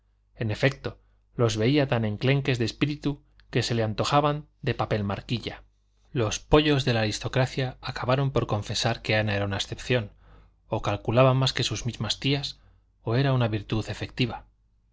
en efecto los veía tan enclenques de espíritu que se le antojaban de papel marquilla los pollos de la aristocracia acabaron por confesar que ana era una excepción o calculaba más que sus mismas tías o era una virtud efectiva